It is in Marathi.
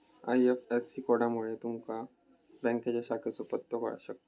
आय.एफ.एस.सी कोडमुळा तुमका बँकेच्या शाखेचो पत्तो गाव शकता